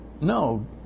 No